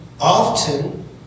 Often